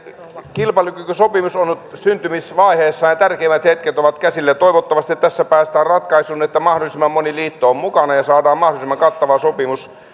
kilpailukykysopimus on nyt syntymisvaiheessa ja ja tärkeimmät hetket ovat käsillä toivottavasti tässä päästään ratkaisuun että mahdollisimman moni liitto on mukana ja saadaan mahdollisimman kattava sopimus